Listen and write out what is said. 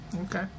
Okay